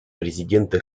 президента